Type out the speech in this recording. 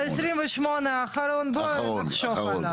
28 אחרון בוא נחשוב עליו,